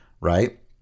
right